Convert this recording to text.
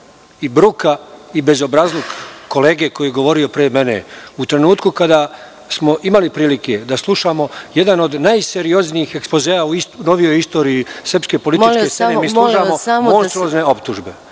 bruka i bezobrazluk kolege koji je govorio pre mene.U trenutku kada smo imali prilike da slušamo jedan od najserioznijih ekspozea u novijoj istoriji srpske politike, mi slušamo monstruozne optužbe.